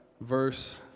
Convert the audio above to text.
verse